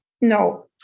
no